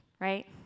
right